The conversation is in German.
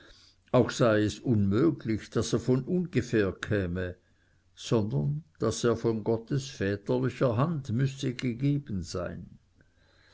auch sei es unmöglich daß er von ungefähr käme sondern daß er von gottes väterlicher hand müsse gegeben sein